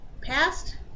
past